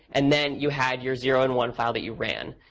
and then, you had your zero and one file that you ran.